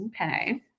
Okay